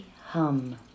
hum